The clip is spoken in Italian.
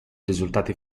risultati